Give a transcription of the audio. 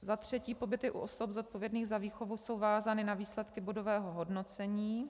Za třetí, pobyty osob zodpovědných za výchovu jsou vázány na výsledky bodového hodnocení.